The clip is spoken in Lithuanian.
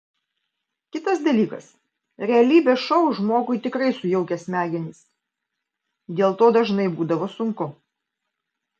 kitas dalykas realybės šou žmogui tikrai sujaukia smegenis dėl to dažnai būdavo sunku